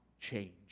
change